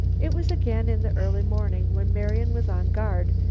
it was again in the early morning when marian was on guard,